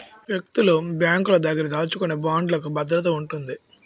వ్యక్తులు బ్యాంకుల దగ్గర దాచుకునే బాండ్లుకు భద్రత ఉంటుంది